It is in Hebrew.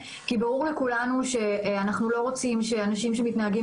כי ברור לכולנו שאנחנו לא רוצים שאנשים שמתנהגים